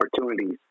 opportunities